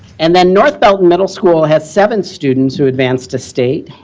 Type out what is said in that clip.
and then north belton middle school has seven students who advanced to state,